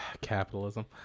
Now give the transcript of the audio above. Capitalism